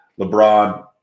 LeBron